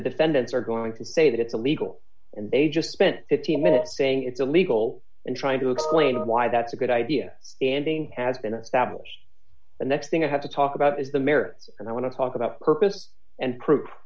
the defendants are going to say that it's illegal and they just spent fifteen minutes saying it's illegal and trying to explain why that's a good idea ending has been a fabulous the next thing i have to talk about is the mirror and i want to talk about purpose and proof